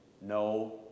no